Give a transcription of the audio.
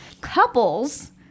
Couples